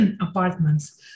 apartments